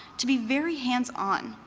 to be very hands on.